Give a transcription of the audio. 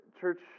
church